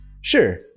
Sure